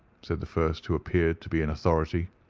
said the first who appeared to be in authority.